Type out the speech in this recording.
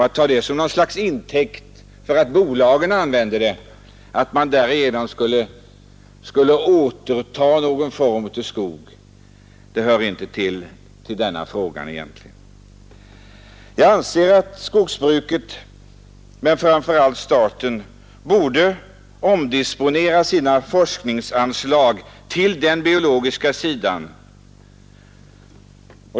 Att ta det faktum att även skogsbolagen använder dessa preparat som intäkt för att ”återta” någon form av skog hör egentligen inte till denna fråga. Jag anser att skogsbruket men framför allt staten borde omdisponera sina forskningsanslag till den biologiska sidan.